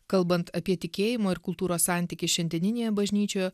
kalbant apie tikėjimo ir kultūros santykį šiandieninėje bažnyčioje